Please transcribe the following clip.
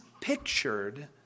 pictured